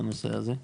בנושא הזה?